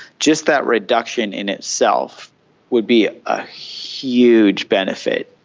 just that reduction in itself would be a huge benefit.